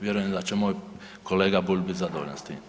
Vjerujem da će moj kolega Bulj bit zadovoljan s tim.